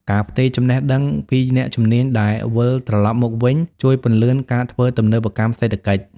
ការផ្ទេរចំណេះដឹង ពីអ្នកជំនាញដែលវិលត្រឡប់មកវិញ ជួយពន្លឿនការធ្វើទំនើបកម្មសេដ្ឋកិច្ច។